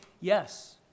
Yes